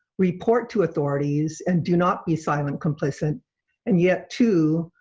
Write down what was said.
report to authorities and do not be silent complicit and yet two,